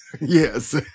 Yes